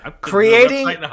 Creating